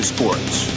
Sports